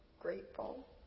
grateful